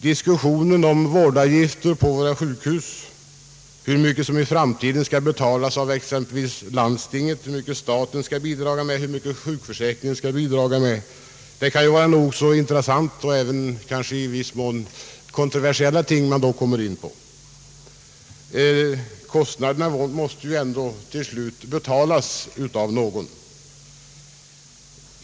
Diskussionen om vårdavgifterna på våra sjuk hus — hur mycket som i framtiden skall betalas av landstingen, av staten eller av sjukförsäkringen — kan vara nog så intressant och i viss mån kontroversiell, men kostnaderna måste ju till slut betalas av någon.